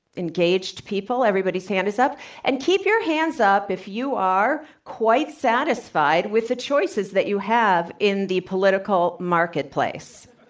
engaged people, everybody stands up and keep your hands up if you are quite satisfied with the choices that you have in the political marketplace.